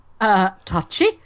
touchy